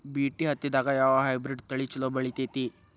BT ಹತ್ತಿದಾಗ ಯಾವ hybrid ತಳಿ ಛಲೋ ಬೆಳಿತೈತಿ?